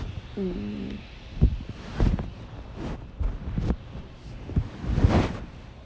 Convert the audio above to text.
mm